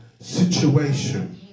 situation